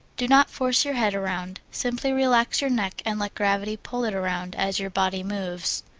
do not force your head around simply relax your neck and let gravity pull it around as your body moves.